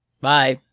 Bye